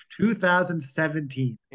2017